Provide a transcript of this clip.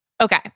Okay